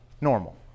normal